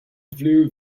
flew